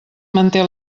manté